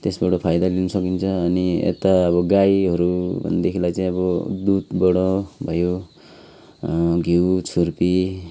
त्यसबाट फाइदा लिन सकिन्छ अनि यता अब गाईहरू भनेदेखिलाई चाहिँ अब दुधबाट भयो घिउ छुर्पी